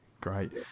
great